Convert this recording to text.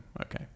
Okay